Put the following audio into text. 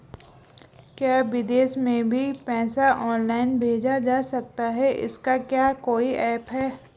क्या विदेश में भी पैसा ऑनलाइन भेजा जा सकता है इसका क्या कोई ऐप है?